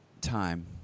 time